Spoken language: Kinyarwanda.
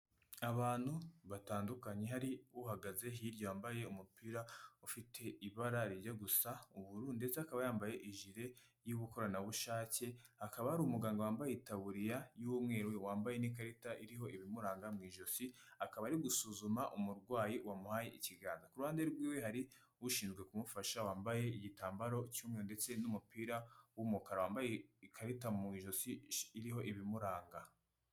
Abantu batandukanye hari uhagaze hirya yambaye umupira ufite ibara rijya gusa ubururu ndetse akaba yambaye ijile y'ubukoranabushake akaba hari umuganga wambaye itaburiya y'umweru wambaye n'ikarita iriho ibimuranga mu ijosi akaba ari gusuzuma umurwayi wamuhaye ikiganza kuruhande rwiwe hari ushinzwe kumufasha wambaye igitambaro kimwe ndetse n'umupira w'umukara wambaye ikarita mu ijosi iriho ibimuranga.